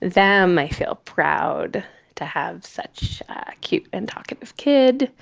them. i feel proud to have such cute and talkative kid.